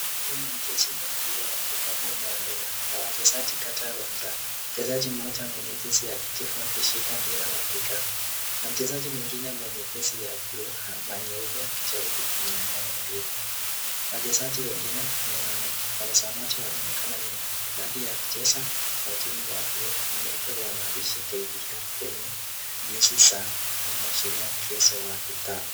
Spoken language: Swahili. Huu ni mchezo wa mpira ya kikapu na wachezaji kadhaa uwanjani. Mchezaji mmoja mwenye jezi ya kijivu akishika mpira wa kikapu na mchezaji mwingine wa jezi ya buluu na nyeupe akijaribu kumnyang'anya mpira. Wachezaji wengine na watazamaji wanaonekana nyuma, baadhi ya kucheza wa timu ya buluu na nyeupe wa maandishi KPR kwenye jezi zao inaashiria mchezo wa vikapu.